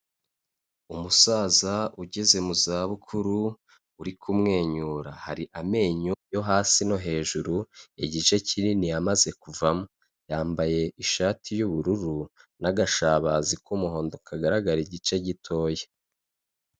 Umusaza ugeze mu za bukuru uri kumwenyura hari amenyo yo hasi no hejuru igice kinini yamaze kuvamo, yambaye ishati y'ubururu n'agashabazi k'umuhondo kagaragara igice gitoya.